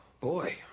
Boy